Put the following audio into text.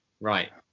Right